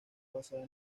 basada